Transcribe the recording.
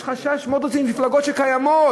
יש חשש מאוד רציני, מפלגות שקיימות,